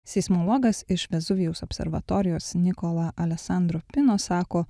seismologas iš vezuvijaus observatorijos nikola alesandro pino sako